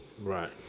Right